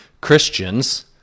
Christians